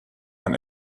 ein